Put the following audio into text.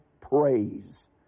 praise